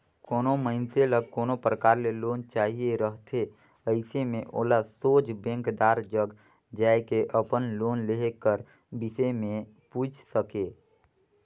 कोनो मइनसे ल कोनो परकार ले लोन चाहिए रहथे अइसे में ओला सोझ बेंकदार जग जाए के अपन लोन लेहे कर बिसे में पूइछ सके